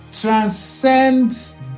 transcends